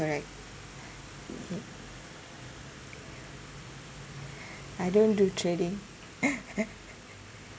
correct I don't do trading